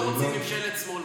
לא רוצים ממשלת שמאל,